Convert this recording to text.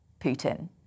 Putin